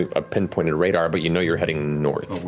a pinpointed radar, but you know you're heading north.